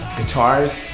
guitars